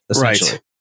Right